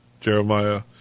Jeremiah